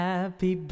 Happy